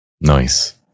Nice